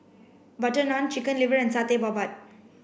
butter naan chicken liver and Satay Babat